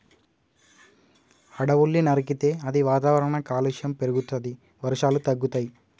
అడవుల్ని నరికితే అది వాతావరణ కాలుష్యం పెరుగుతది, వర్షాలు తగ్గుతయి